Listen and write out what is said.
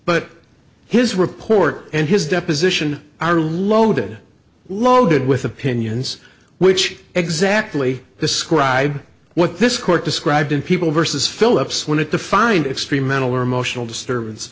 but his report and his deposition are loaded loaded with opinions which exactly the scribe what this court described in people versus phillips when it defined extreme mental or emotional disturbance